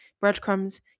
breadcrumbs